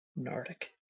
nordic